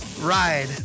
ride